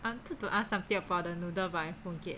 I wanted to ask something about the noodle but I forget